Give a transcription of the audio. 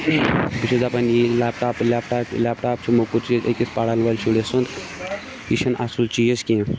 بہٕ چھُس یی لٮ۪پٹاپ لٮ۪پٹاپ لٮ۪پٹاپ چھِ موٚکُر چیٖز أکِس پرن وٲلۍ شُرِس سُنٛد یہِ چھِنہٕ اَصٕل چیٖز کینٛہہ